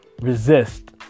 resist